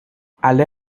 alle